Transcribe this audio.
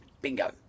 bingo